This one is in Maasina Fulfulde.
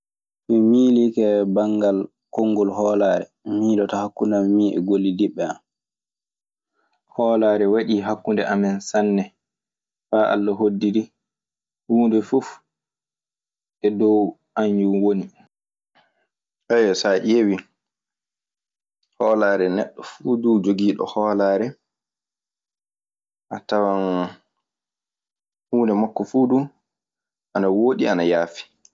Mi miilike banngal konngol hoolaare mi miiloto hakkunde min e gollidinɓe am. Hoolaare waɗi hakkunde amen sanne, faa Alla hoddiri huunde fof e dow an yoo woni. Saa ƴeewii, hoolaare, neɗɗo fuu du jogiiɗo holaare, a tawan huunde makko fuu du ana wooɗi ana yaafi.